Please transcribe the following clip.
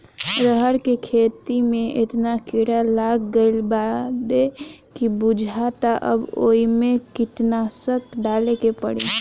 रहर के खेते में एतना कीड़ा लाग गईल बाडे की बुझाता अब ओइमे कीटनाशक डाले के पड़ी